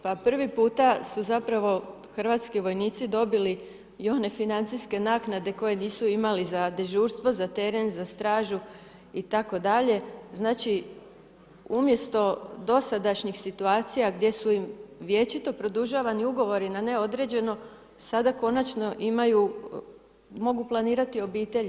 Pa prvi puta su zapravo hrvatski vojnici dobili i one financijske naknade koje nisu imali za dežurstvo, za teren, za stražu itd. znači, umjesto dosadašnjih situacija, gdje su im vječito produživani ugovori na neodređeno, sada konačno imaju, mogu planirati obitelji.